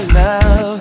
love